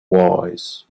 wise